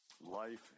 Life